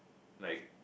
like